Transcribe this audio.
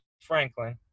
Franklin